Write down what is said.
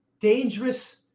dangerous